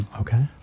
Okay